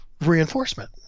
reinforcement